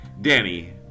Danny